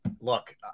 look